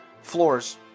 floors